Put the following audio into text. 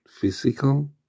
physical